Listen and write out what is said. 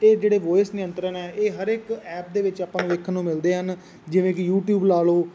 ਇਹ ਜਿਹੜੇ ਵੋਇਸ ਨਿਯੰਤਰਣ ਹੈ ਇਹ ਹਰ ਇੱਕ ਐਪ ਦੇ ਵਿੱਚ ਆਪਾਂ ਨੂੰ ਵੇਖਣ ਨੂੰ ਮਿਲਦੇ ਹਨ ਜਿਵੇਂ ਕਿ ਯੂਟੀਊਬ ਲਾ ਲਓ